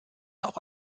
auch